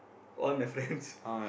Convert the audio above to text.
one my friends